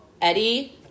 Eddie